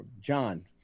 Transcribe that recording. John